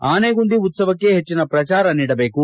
ಆನೆಗುಂದಿ ಉತ್ಸವಕ್ಕೆ ಹೆಚ್ಚಿನ ಪ್ರಚಾರ ನೀಡಬೇಕು